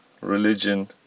religion